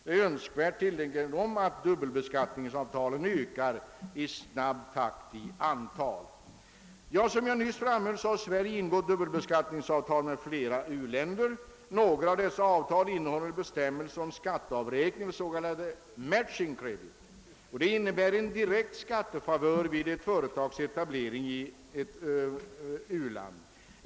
Det är önskvärt, tillägger kommittén, att dubbelbeskattningsavtalen ökar snabbt i antal. Som jag nyss framhöll har Sverige ingått dubbelbeskattningsavtal med flera u-länder. Några av dessa avtal innehåller bestämmelser om skatteavräkning, s.k. matching credit. De innebär en direkt skattefavör vid ett företags etablering i ett u-land.